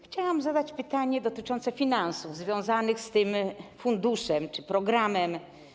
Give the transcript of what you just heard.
Chciałam zadać pytanie dotyczące finansów związanych z tym funduszem czy programem.